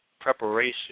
Preparation